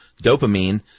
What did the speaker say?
dopamine